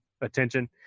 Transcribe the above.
attention